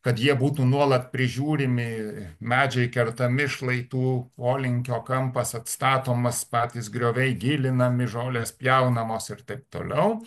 kad jie būtų nuolat prižiūrimi medžiai kertami šlaitų polinkio kampas atstatomas patys grioviai gilinami žolės pjaunamos ir taip toliau